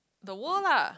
the world lah